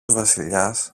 βασιλιάς